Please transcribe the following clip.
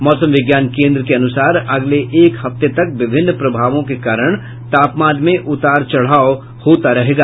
मौसम विज्ञान केंद्र के अूनसार अगले एक हफ्ते तक विभिन्न प्रभावों के कारण तापमान में उतार चढ़ाव होता रहेगा